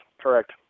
correct